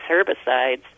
herbicides